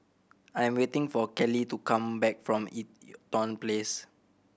I am waiting for Kelli to come back from Eaton Place